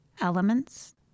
elements